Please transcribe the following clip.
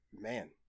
man